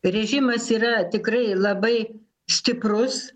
režimas yra tikrai labai stiprus